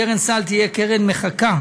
קרן סל תהיה קרן מחקה,